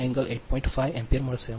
5 ° ampere મળશે